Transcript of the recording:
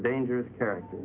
dangerous character